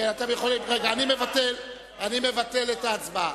אני מבטל את ההצבעה.